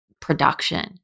production